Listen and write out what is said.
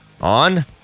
on